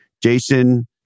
Jason